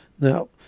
Now